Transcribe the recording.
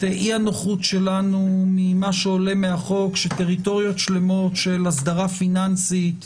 אי הנוחות שלנו ממה שעולה מהחוק שטריטוריות שלמות של אסדרה פיננסית,